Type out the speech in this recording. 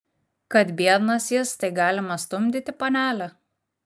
kad biednas jis tai galima stumdyti panele